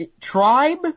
tribe